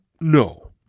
No